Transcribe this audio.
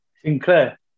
Sinclair